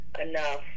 enough